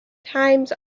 times